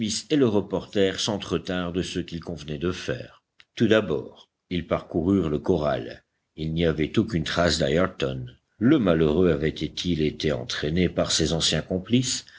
et le reporter s'entretinrent de ce qu'il convenait de faire tout d'abord ils parcoururent le corral il n'y avait aucune trace d'ayrton le malheureux avait-il été entraîné par ses anciens complices